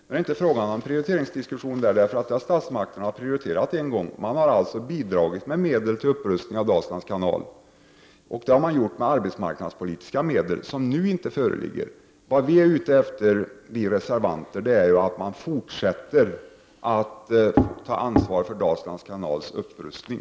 Det är inte fråga om någon prioriteringsdiskussion i det sammanhanget, för statsmakterna har redan en gång prioriterat Dalslands kanal. Man har bidragit med medel till upprustning av Dalslands kanal, och det har man gjort med arbetsmarknadspolitiska medel som nu inte föreligger. Vad vi reservanter önskar är att man fortsätter att ta ansvar för Dalslands kanals upprustning.